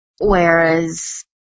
whereas